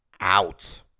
out